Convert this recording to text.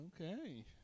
Okay